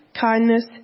kindness